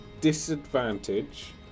disadvantage